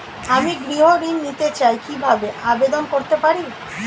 আমি গৃহ ঋণ নিতে চাই কিভাবে আবেদন করতে পারি?